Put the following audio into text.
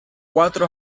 cuatro